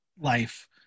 life